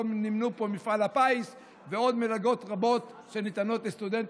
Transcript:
לא נמנו פה מפעל הפיס ועוד מלגות רבות שניתנות לסטודנטים.